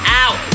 out